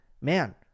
Man